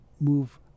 move